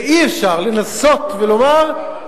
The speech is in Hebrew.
ואי-אפשר לנסות ולומר,